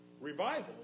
Revival